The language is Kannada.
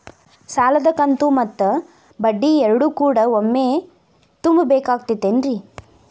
ಸಾಲದ ಕಂತು ಮತ್ತ ಬಡ್ಡಿ ಎರಡು ಕೂಡ ಒಮ್ಮೆ ತುಂಬ ಬೇಕಾಗ್ ತೈತೇನ್ರಿ?